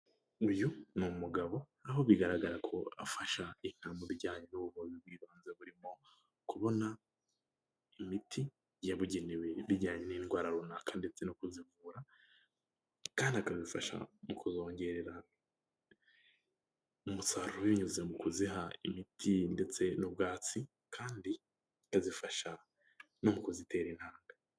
Uyu ni umugabo aho bigaragara ko afasha inka mu bijyanye n'ubuvuzi bw'ibanze burimo kubona imiti yabugenewe, bijyanye n'indwara runaka ndetse no kuzivura kandi akanafasha mu kuzongerera umusaruro binyuze mu kuziha imiti ndetse n'ubwabatsi kandi akazifasha no mu kuzitera intanga.